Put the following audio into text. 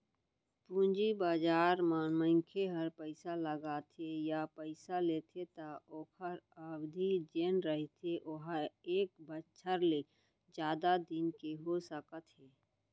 पूंजी बजार म मनखे ह पइसा लगाथे या पइसा लेथे त ओखर अबधि जेन रहिथे ओहा एक बछर ले जादा दिन के हो सकत हे